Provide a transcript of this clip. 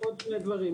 עוד שני דברים,